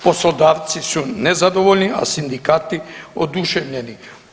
Poslodavci su nezadovoljni, a sindikati oduševljeni.